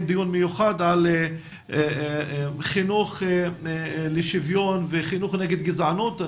דיון מיוחד על חינוך לשוויון וחינוך נגד גזענות.